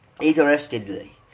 Interestingly